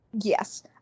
yes